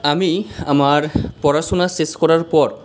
আমি আমার পড়াশুনা শেষ করার পর